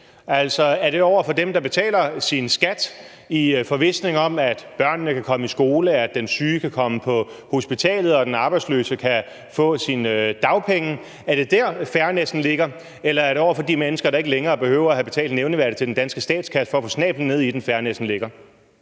Er det over for dem, der betaler deres skat i forvisning om, at børnene kan komme i skole, at den syge kan komme på hospitalet og den arbejdsløse kan få sine dagpenge? Er det der, fairnessen ligger? Eller er det over for de mennesker, der ikke længere behøver at have betalt nævneværdigt til den danske statskasse for at få snabelen ned i den, at fairnessen ligger?